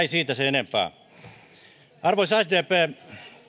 ei siitä sen enempää arvoisa sdp